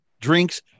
drinks